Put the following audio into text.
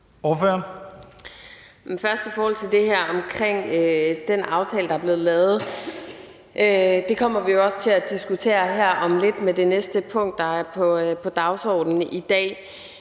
Først vil jeg sige noget om den aftale, der er blevet lavet. Vi kommer jo også til at diskutere det om lidt med det næste punkt, der er på dagsordenen i dag.